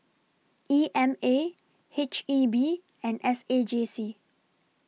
E M A H E B and S A J C